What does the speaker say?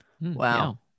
Wow